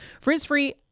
Frizz-free